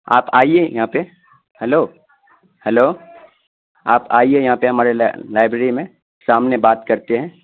آپ آئیے یہاں پہ ہلو ہلو آپ آئیے یہاں پہ ہمارے لائبریری میں سامنے بات کرتے ہیں